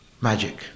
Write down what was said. magic